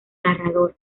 narrador